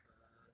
ah